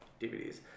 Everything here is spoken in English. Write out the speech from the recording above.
DVDs